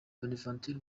bonaventure